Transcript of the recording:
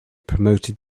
promoted